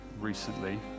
recently